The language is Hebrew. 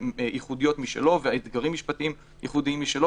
ייחודיות משלו ואתגרים משפטיים ייחודיים משלו